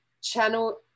channel